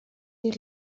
est